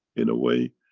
in a way,